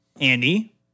Andy